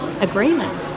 agreement